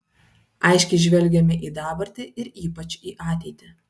aiškiai žvelgiame į dabartį ir ypač į ateitį